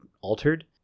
altered